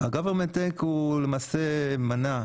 ה-government take הוא למעשה מנה,